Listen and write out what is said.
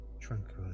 tranquil